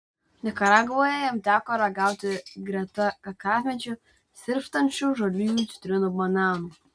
nikaragvoje jam teko ragauti greta kakavmedžių sirpstančių žaliųjų citrinų bananų